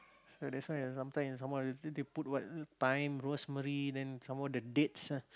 so that's why sometime some more they they put what thyme rosemary then some more the dates ah